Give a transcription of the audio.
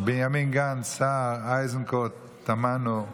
בנימין גנץ, סער, איזנקוט, תמנו,